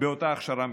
באותה הכשרה המקצועית.